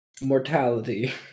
Mortality